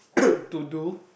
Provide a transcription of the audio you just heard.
to do